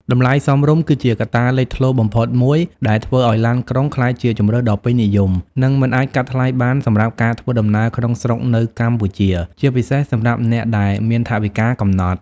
តម្លៃសមរម្យ គឺជាកត្តាលេចធ្លោបំផុតមួយដែលធ្វើឱ្យឡានក្រុងក្លាយជាជម្រើសដ៏ពេញនិយម និងមិនអាចកាត់ថ្លៃបានសម្រាប់ការធ្វើដំណើរក្នុងស្រុកនៅកម្ពុជា ជាពិសេសសម្រាប់អ្នកដែលមានថវិកាកំណត់។